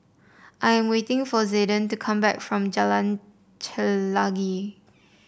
I am waiting for Zayden to come back from Jalan Chelagi